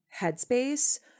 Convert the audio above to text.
headspace